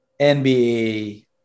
NBA